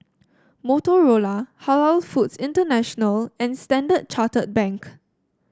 Motorola Halal Foods International and Standard Chartered Bank